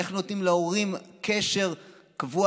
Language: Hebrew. איך נותנים להורים קשר קבוע,